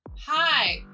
hi